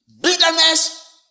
Bitterness